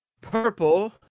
Purple